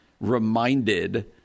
reminded –